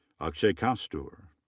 akshay kasture.